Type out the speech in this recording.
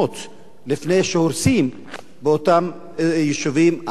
לפני שהורסים באותם יישובים ערביים בנגב?